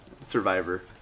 Survivor